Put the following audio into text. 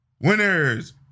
Winners